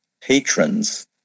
patrons